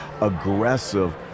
aggressive